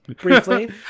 briefly